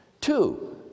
Two